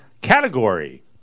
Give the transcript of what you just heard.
Category